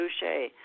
Boucher